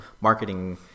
marketing